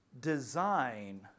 design